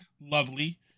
lovely